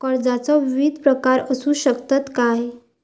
कर्जाचो विविध प्रकार असु शकतत काय?